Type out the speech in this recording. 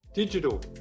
Digital